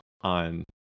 on